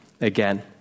again